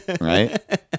Right